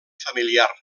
familiar